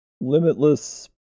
limitless